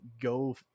go